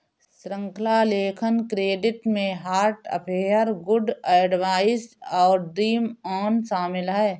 श्रृंखला लेखन क्रेडिट में हार्ट अफेयर, गुड एडवाइस और ड्रीम ऑन शामिल हैं